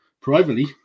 privately